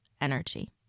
energy